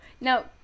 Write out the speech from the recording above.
now